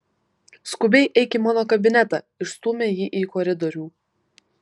skubiai eik į mano kabinetą išstūmė jį į koridorių